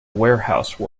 warehouse